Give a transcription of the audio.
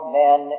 men